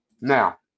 Now